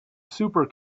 super